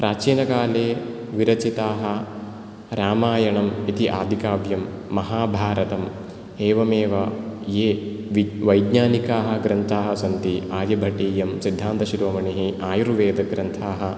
प्राचीनकाले विरचिताः रामायणम् इति आदिकाव्यं महाभारतम् एवमेव ये वैज्ञानिकाः ग्रन्थाः सन्ति आर्यभटियं सिद्धान्त शिरोमणिः आयुर्वेद ग्रन्थाः